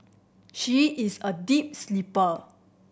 she is a deep sleeper